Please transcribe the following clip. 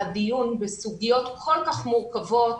על הדיון בסוגיות כל כך מורכבות,